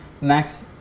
Max